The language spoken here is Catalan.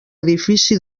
edifici